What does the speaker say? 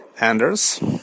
Anders